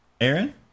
Aaron